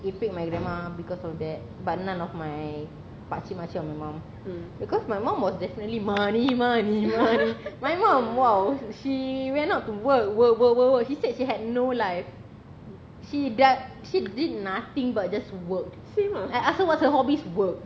it pick my grandma because of that but none of my pakcik makcik and my mum because my mum was definitely money money money my mum !wow! she went out to work work work work she said she had no life she that she did nothing but just work I ask her what's her hobby it's work